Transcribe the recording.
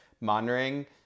monitoring